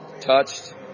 touched